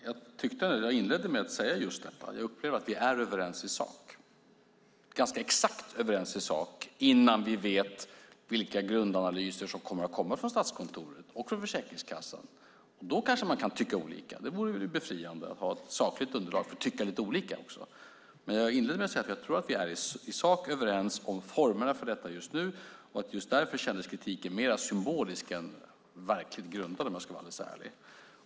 Fru talman! Jag inledde med att säga att jag upplever att vi är ganska exakt överens i sak innan vi vet vilka grundanalyser som kommer att komma från Statskontoret och Försäkringskassan. Då kanske man kan tycka olika. Det vore befriande att ha ett sakligt underlag för att tycka lite olika också. Men jag inledde med att säga att jag tror att vi i sak är överens om formerna för detta just nu. Just därför kändes kritiken mer symbolisk än verkligt grundad, om jag ska vara alldeles ärlig.